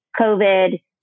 COVID